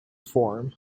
form